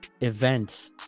event